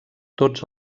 tots